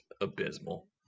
abysmal